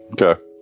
okay